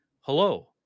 hello